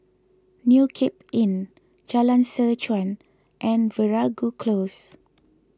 New Cape Inn Jalan Seh Chuan and Veeragoo Close